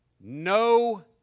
No